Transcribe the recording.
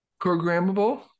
programmable